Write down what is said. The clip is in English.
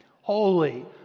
Holy